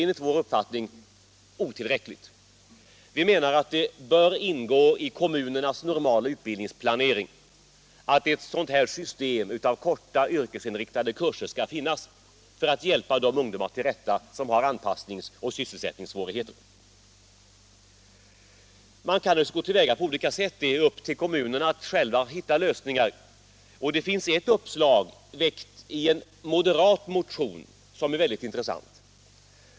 Enligt vår uppfattning är detta otillräckligt. Vi menar att det bör ingå i kommunernas normala utbildningsplanering att ett sådant här system med korta, yrkesinriktade kurser skall finnas för att hjälpa de ungdomar till rätta som har anpassnings och sysselsättningssvårigheter. Man kan naturligtvis gå till väga på olika sätt. Kommunerna har att själva hitta lösningar. Det finns ett intressant uppslag, framlagt i en moderat motion.